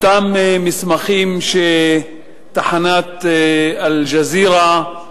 אותם מסמכים שתחנת "אל-ג'זירה"